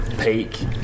peak